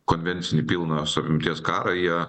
konvencinį pilnos apimties karą jie